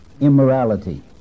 immorality